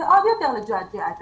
אבל זה עוד יותר לדחות את החוק.